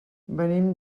venim